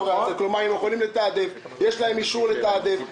כלומר היינו יכולים לתעדף, יש להם אישור לתעדף.